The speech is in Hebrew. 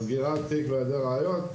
על סגירת תיק בהיעדר ראיות.